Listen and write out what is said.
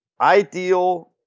ideal